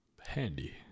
Handy